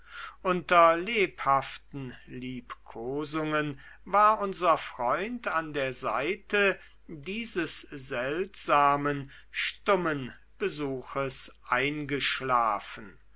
unter lebhaften liebkosungen war unser freund an der seite dieses seltsamen stummen besuches eingeschlafen